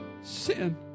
sin